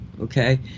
okay